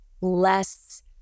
less